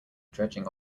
dredging